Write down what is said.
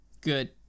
Good